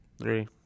Three